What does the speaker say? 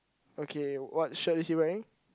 okay what shirt is he wearing